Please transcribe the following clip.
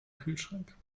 kühlschrank